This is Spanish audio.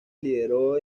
lideró